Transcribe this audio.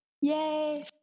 Yay